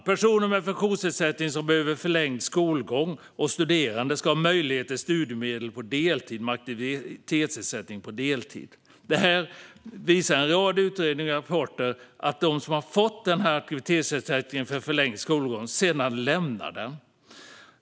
Personer med funktionsnedsättning som behöver förlängd skolgång och är studerande ska ha möjlighet till studiemedel på deltid med aktivitetsersättning på deltid. En rad utredningar och rapporter visar att de som har fått aktivitetsersättning för förlängd skolgång sedan lämnar aktivitetsersättningen.